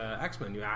X-Men